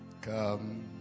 Come